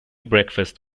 breakfast